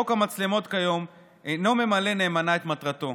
חוק המצלמות כיום אינו ממלא נאמנה את מטרתו.